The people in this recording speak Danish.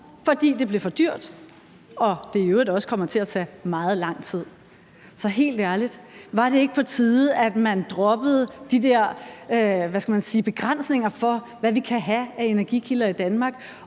fordi det blev for dyrt og i øvrigt også kommer til at tage meget lang tid. Så helt ærligt, var det ikke på tide, at man droppede de der begrænsninger på, hvad vi kan have af energikilder i Danmark,